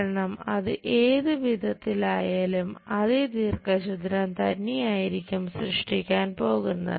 കാരണം അത് ഏതുവിധത്തിലായാലും അതെ ദീർഘചതുരം തന്നെയായിരിക്കും സൃഷ്ടിക്കാൻ പോകുന്നത്